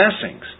blessings